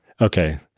okay